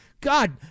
God